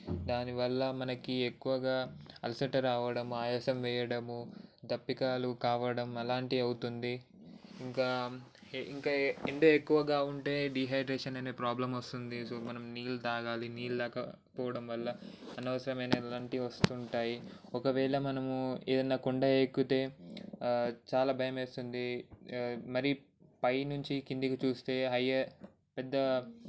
దానివల్ల మనకి ఎక్కువగా అలసట రావడం ఆయాసం వేయడం తప్పికాలు కావడంఅలాంటివి అవుతుంది ఇంకా ఇంకా ఎండ ఎక్కువగా ఉంటే డిహైడ్రేషన్ అనే ప్రాబ్లం వస్తుంది సో మనం నీళ్లు తాగాలి నీళ్లు తాగకపోవడం వల్ల అనవసరమైన అలాంటివి వస్తూ ఉంటాయి ఒకవేళ మనము ఏదైనా కొండా ఎక్కుతే చాలా భయమేస్తుంది మరి పైనుంచి కిందికి చూస్తే అయ్యే పెద్ద